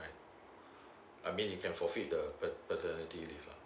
I mean you can forfeit the pa~ paternity leave lah